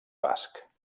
basc